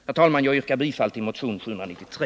Herr talman! Jag yrkar bifall till motionen 793.